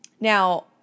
Now